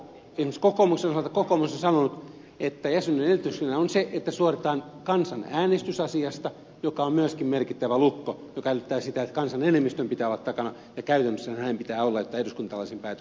esimerkiksi kokoomus on sanonut että jäsenyyden edellytyksenä on se että suoritetaan kansanäänestys asiasta joka on myöskin merkittävä lukko joka edellyttää sitä että kansan enemmistön pitää olla takana ja käytännössähän näin pitää olla että eduskunta tällaisen päätöksen ylipäänsä tekisi